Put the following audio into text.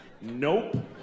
Nope